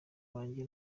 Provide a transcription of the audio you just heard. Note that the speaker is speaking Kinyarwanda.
wanjye